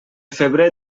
febrer